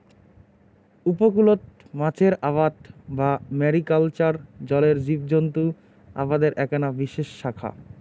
উপকূলত মাছের আবাদ বা ম্যারিকালচার জলের জীবজন্ত আবাদের এ্যাকনা বিশেষ শাখা